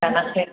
दानाखै